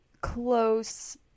close